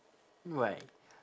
why